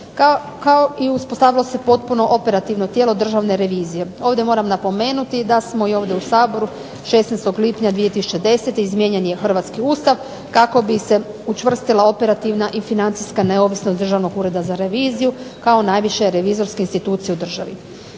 kao i uspostavilo se potpuno operativno tijelo Državne revizije. Ovdje moram napomenuti da smo i ovdje u Saboru 16. lipnja 2010. izmijenjen je hrvatski Ustav kako bi se učvrstila operativna i financijska neovisnost Državnog ureda za reviziju kao najviše revizorske institucije u državi.